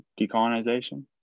decolonization